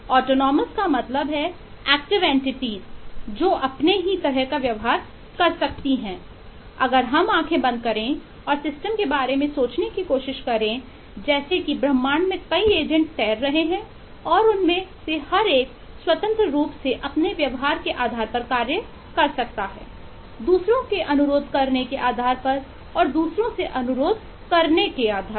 autonomous तैर रहे हैं और उनमें से हर एक स्वतंत्र रूप से अपने व्यवहार के आधार पर कार्य कर सकता है दूसरों के अनुरोध करने के आधार पर और दूसरों से अनुरोध करने के आधार पर